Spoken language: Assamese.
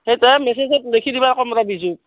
সেইটোৱে মেছেজত লিখি দিবা কমলা বিজুক